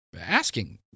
asking